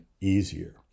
easier